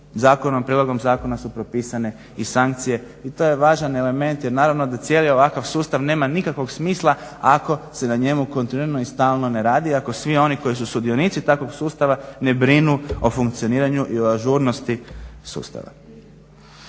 zakonom prijedlogom zakona su propisane i sankcije i to je važan element jer naravno da cijeli ovakav sustav nema nikakvog smisla ako se na njemu kontinuirano i stalno ne radi i ako svi oni koji su sudionici takvog sustava ne brinu o funkcioniranju i ažurnosti sustava.